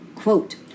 quote